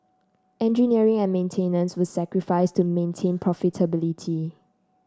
engineering and maintenance were sacrificed to maintain profitability